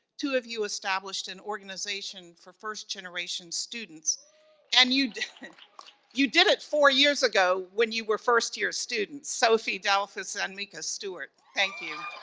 two of you established an organization for first-generation students and you, you did it four years ago when you were first-year students. sophie delfeus and micah stewart, thank you.